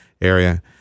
area